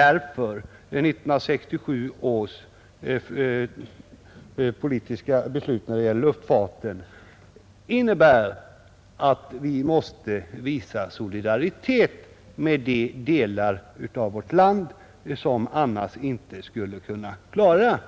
1967 års politiska beslut när det gäller luftfarten innebär att vi måste visa solidaritet med de delar av vårt land som annars inte skulle kunna erhålla